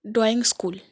drawing school